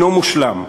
אינו מושלם.